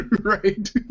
Right